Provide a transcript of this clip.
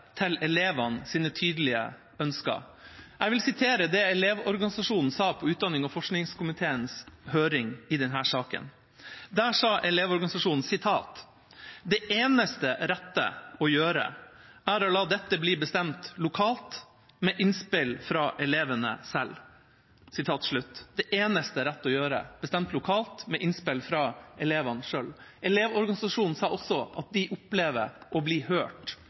til elevenes tydelige ønsker? Jeg vil sitere det Elevorganisasjonen sa på utdannings- og forskningskomiteens høring i denne saken: «Det eneste rette å gjøre er å la dette bli bestemt lokalt med innspill fra elevene selv.» – Det eneste rette å gjøre, bestemt lokalt med innspill fra elevene selv. Elevorganisasjonen sa også at de opplever å bli hørt